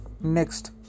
Next